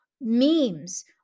memes